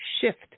shift